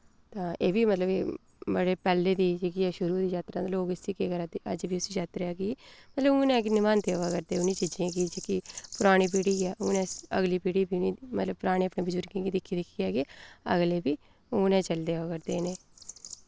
तां एह् बी मतलब कि बड़े पैह्लें दी जेह्की ऐ शुरू होए दी यात्रा ते लोक इस्सी केह् करा दे अज्ज बी इस्सी यात्रा गी मतलब हुनें तक निभांदे आवै करदे उ'नें चीजें गी जेह्की परानी पीढ़ी ऐ उ'नें अगली पीढ़ी गी मतलब पराने अपने बुजुर्गें गी दिक्खी दिक्खियै गै अगलें बी हुनै चलदे आवै करदे न एह्